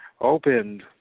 opened